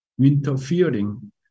interfering